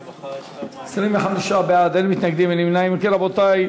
בעד, בעד.